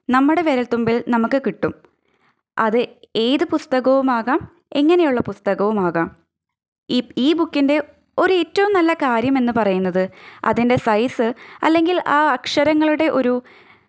നമ്മുടെ വിരൽ തുമ്പിൽ നമുക്ക് കിട്ടും അത് ഏത് പുസ്തകവും ആകാം എങ്ങനെയുള്ള പുസ്തകവും ആകാം ഇ ഈ ബുക്കിൻ്റെ ഒരു ഏറ്റവും നല്ല കാര്യം എന്നുപറയുന്നത് അതിൻ്റെ സൈസ് അല്ലെങ്കിൽ ആ അക്ഷരങ്ങളുടെ ഒരു